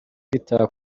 kwitaba